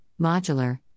modular